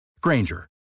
Granger